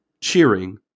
cheering